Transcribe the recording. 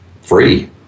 free